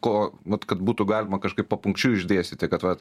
ko vat kad būtų galima kažkaip papunkčiui išdėstyti kad vat